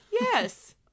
Yes